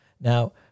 Now